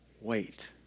Wait